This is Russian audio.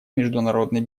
международной